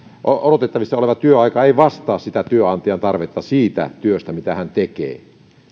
odotettavissa oleva työaika ei vastaa työnantajan tarvetta siitä työstä mitä hän tekee